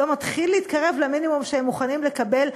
לא מתחיל להתקרב למינימום שהם מוכנים לקבל,